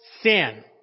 sin